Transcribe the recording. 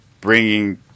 bringing